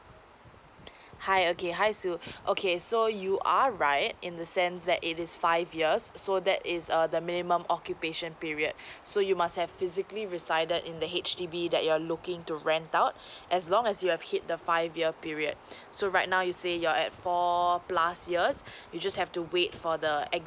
hi okay hi su okay so you are right in the sense that it is five years so that is a the minimum occupation period so you must have physically resided in the H_D_B that you're looking to rent out as long as you have hit the five year period so right now you say you're at four plus years you just have to wait for the